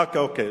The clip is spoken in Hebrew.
אוקיי.